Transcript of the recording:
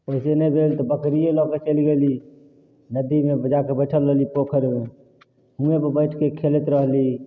ओइसँ नहि भेल तऽ बकरिये लअ कऽ चलि गेली नदीमे जाकऽ बइठल रहली पोखरिमे हुएँपर बैठिके खेलैत रहली